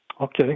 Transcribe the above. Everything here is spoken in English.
Okay